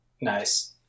Nice